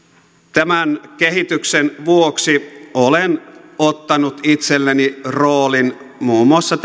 tämän kehityksen vuoksi olen ottanut itselleni roolin muun muassa